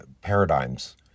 paradigms